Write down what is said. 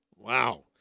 Wow